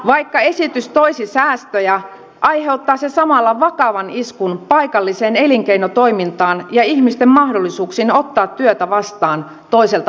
vaikka esitys toisi säästöjä aiheuttaa se samalla vakavan iskun paikalliseen elinkeinotoimintaan ja ihmisten mahdollisuuksiin ottaa työtä vastaan toiselta paikkakunnalta